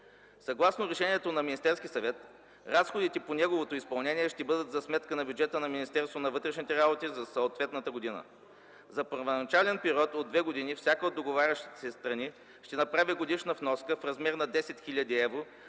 Съгласно решението на Министерския съвет разходите по неговото изпълнение ще бъдат за сметка на бюджета на Министерството на вътрешните работи за съответната година. За първоначален период от две години всяка от договарящите страни ще направи годишна вноска в размер на 10 000 евро